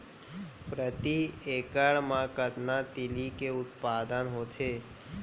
प्रति एकड़ मा कतना तिलि के उत्पादन होथे?